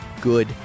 good